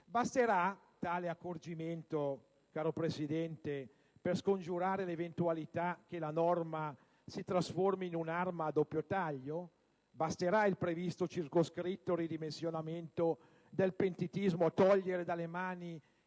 Basterà tale accorgimento, caro Presidente, per scongiurare l'eventualità che la norma si trasformi in un'arma a doppio taglio? Basterà il previsto circoscritto ridimensionamento del pentitismo a togliere dalle mani